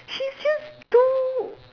she's just too